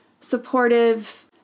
supportive